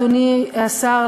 אדוני השר,